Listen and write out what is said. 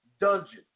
dungeon